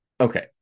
okay